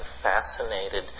fascinated